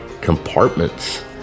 compartments